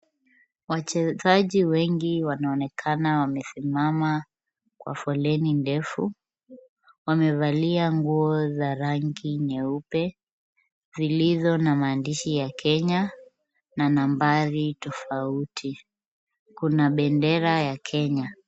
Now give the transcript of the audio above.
Wachezaji wengi wanaonekana wamesimama kwa foleni ndefu. Wamevalia nguo za rangi nyeupe, zilizo na maandishi ya Kenya, na nambari tofauti. Kuna bendera ya Kenya.